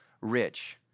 rich